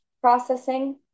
processing